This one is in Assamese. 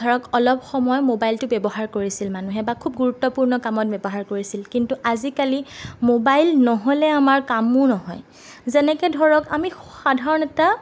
ধৰক অলপ সময় মোবাইলটো ব্যৱহাৰ কৰিছিল মানুহে বা খুব গুৰুত্বপূৰ্ণ কামত ব্যৱহাৰ কৰিছিল কিন্তু আজিকালি মোবাইল নহ'লে আমাৰ কামো নহয় যেনেকে ধৰক আমি স সাধাৰণ এটা